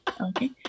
Okay